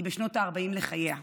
היא בשנות ה-40 לחייה.